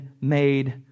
made